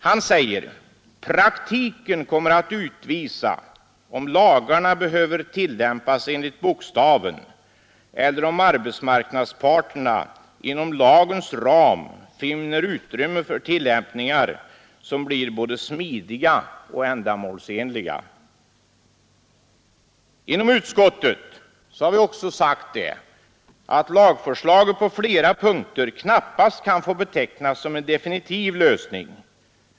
Han säger: ”Praktiken kommer att utvisa om lagarna behöver tillämpas enligt bokstaven eller om arbetsmarknadsparterna inom lagens ram finner utrymme för tillämpningar som blir både smidiga och ändamålsenliga.” Inom utskottet har vi också sagt att lagförslaget på flera punkter knappast kan få betecknas som en definitiv lösning.